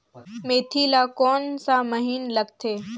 मेंथी ला कोन सा महीन लगथे?